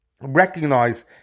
recognize